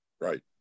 right